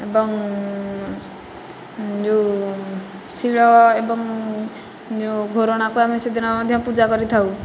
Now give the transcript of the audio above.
ଏବଂ ଯେଉଁ ଶୀଳ ଏବଂ ଯେଉଁ ଘୋରଣାକୁ ଆମେ ସେଦିନ ମଧ୍ୟ ପୂଜା କରିଥାଉ